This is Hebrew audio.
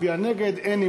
התשע"ד 2014, נתקבלה.